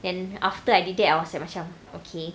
then after I did that I was macam okay